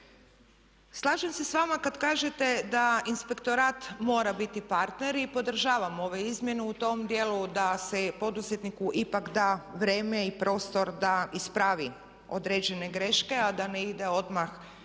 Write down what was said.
Slažem se s vama kad kažete da inspektorat mora biti partner i podržavam ove izmjene u tom dijelu da se poduzetniku ipak da vrijeme i prostor da ispravi određene greške, a da ne ide odmah sankcije,